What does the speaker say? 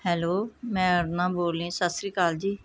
hello ਮੈਂ ਅਰੁਣਾ ਬੋਲ ਰਹੀ ਹਾਂ ਸਤਿ ਸ਼੍ਰੀ ਅਕਾਲ ਜੀ